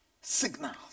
signals